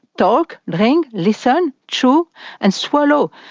talk, drink, listen, chew and swallow?